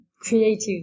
creative